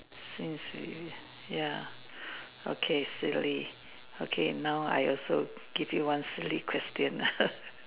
since we ya okay silly okay now I also give you one silly question lah